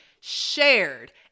shared